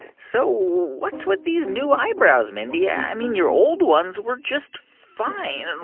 so what's with these new eyebrows, mindy? i mean, your old ones were just fine. and